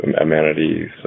amenities